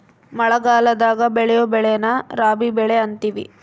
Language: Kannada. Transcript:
ಮಳಗಲದಾಗ ಬೆಳಿಯೊ ಬೆಳೆನ ರಾಬಿ ಬೆಳೆ ಅಂತಿವಿ